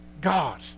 God